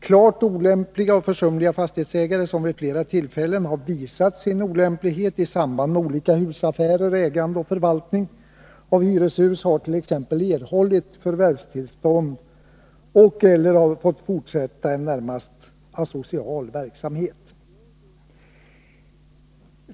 Klart olämpliga och försumliga fastighetsägare, som vid flera tillfällen har visat sin olämplighet i samband med olika husaffärer, ägande och förvaltning av hyreshus, har erhållit förvärvstillstånd och/eller fått fortsätta en närmast asocial verksamhet.